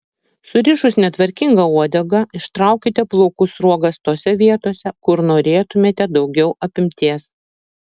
surišus netvarkingą uodegą ištraukite plaukų sruogas tose vietose kur norėtumėte daugiau apimties